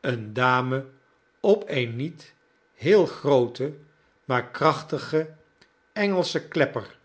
een dame op een niet heel grooten maar krachtigen engelschen klepper